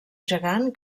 gegant